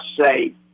say